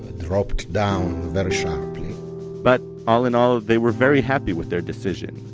ah dropped down very sharply but, all in all, they were very happy with their decision,